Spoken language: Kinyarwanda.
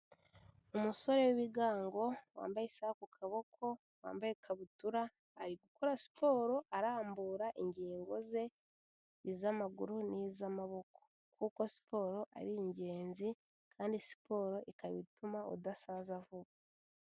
Umusore w'ibigango wambaye isaha ku kaboko, wambaye ikabutura, ari gukora siporo arambura ingingo ze, iz'amaguru n'iz'amaboko, kuko siporo ari ingenzi kandi siporo ikaba ituma udasaza vuba.